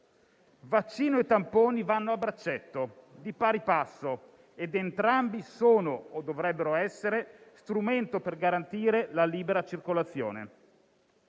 Vaccino e tamponi vanno a braccetto, di pari passo, ed entrambi sono - o dovrebbero essere - strumento per garantire la libera circolazione.